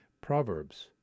Proverbs